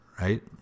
Right